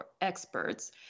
experts